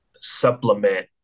supplement